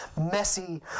messy